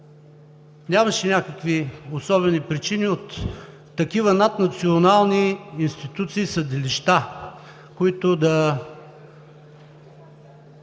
нямаше някакви особени причини за такива наднационални институции – съдилища, които да